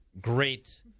great